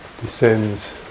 descends